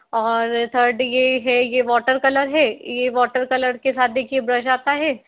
और थर्ड ये है ये वॉटर कलर है ये वॉटर कलर के साथ देखिए ब्रश आता है